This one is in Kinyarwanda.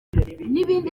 n’ibindi